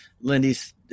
Lindy's